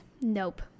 Nope